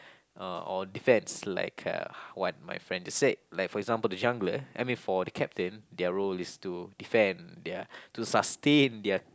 uh or defence like uh what my friend just said like for example the jungler I mean for the captain their role is to defend their to sustain their